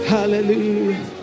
Hallelujah